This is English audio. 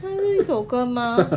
这是一首歌吗